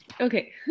Okay